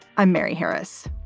i'm mary harris.